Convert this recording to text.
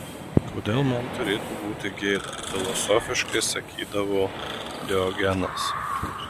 kodėl man turėtų būti gėda filosofiškai sakydavo diogenas